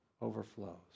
overflows